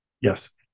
Yes